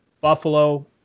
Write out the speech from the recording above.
Buffalo